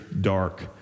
dark